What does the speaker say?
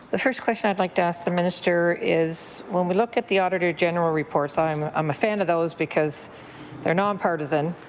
the first question i would like to ask the minister is when we look at the auditor general reports, i'm um a fan of those because they're non partisan.